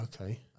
okay